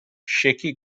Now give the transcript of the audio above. shaky